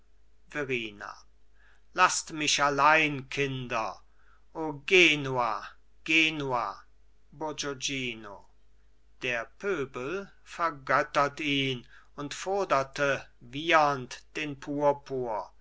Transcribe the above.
verrina laßt mich allein kinder o genua genua bourgognino der pöbel vergöttert ihn und foderte wiehernd den purpur